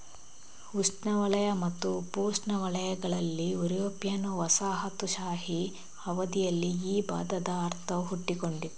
ಉಷ್ಣವಲಯ ಮತ್ತು ಉಪೋಷ್ಣವಲಯಗಳಲ್ಲಿ ಯುರೋಪಿಯನ್ ವಸಾಹತುಶಾಹಿ ಅವಧಿಯಲ್ಲಿ ಈ ಪದದ ಅರ್ಥವು ಹುಟ್ಟಿಕೊಂಡಿತು